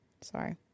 Sorry